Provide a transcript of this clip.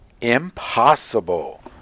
impossible